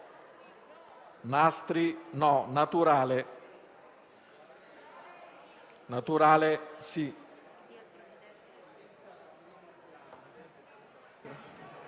naturalmente